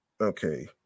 okay